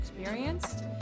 experienced